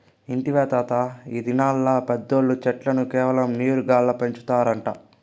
ఇంటివా తాతా, ఈ దినాల్ల పెద్దోల్లు చెట్లను కేవలం నీరు గాల్ల పెంచుతారట